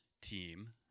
team